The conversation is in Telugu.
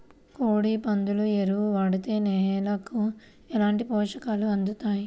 కోడి, పందుల ఎరువు వాడితే నేలకు ఎలాంటి పోషకాలు అందుతాయి